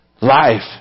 life